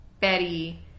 Betty